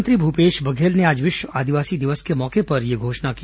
मुख्यमंत्री भूपेश बघेल ने आज विश्व आदिवासी दिवस के मौके पर यह घोषणा की